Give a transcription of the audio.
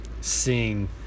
seeing